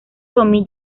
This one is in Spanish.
tommy